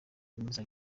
n’iza